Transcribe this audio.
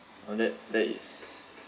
oh that that is